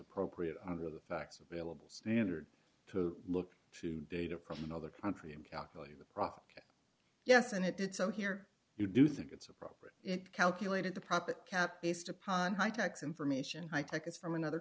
appropriate under the facts available standard to look to data from another country and calculate the proc yes and it did so here you do think it's appropriate it calculated the profit cap is to pile on high tax information high tech is from another